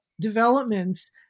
developments